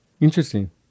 interesting